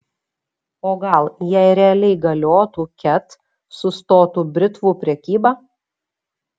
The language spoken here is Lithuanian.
o gal jei realiai galiotų ket sustotų britvų prekyba